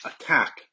attack